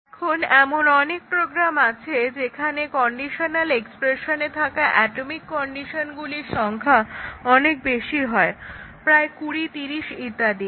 এখন এমন অনেক প্রোগ্রাম আছে যেখানে কন্ডিশনাল এক্সপ্রেশনে ধাকা অ্যাটমিক কন্ডিশনগুলির সংখ্যা অনেক বেশি হয় প্রায় 20 30 ইত্যাদি